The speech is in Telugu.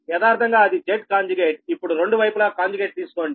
యదార్ధంగా అది Z ఇప్పుడు రెండు వైపులా కాంజుగేట్ తీసుకోండి